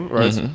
right